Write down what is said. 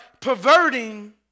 perverting